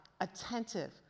attentive